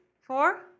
four